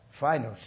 Final